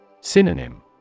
Synonym